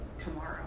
tomorrow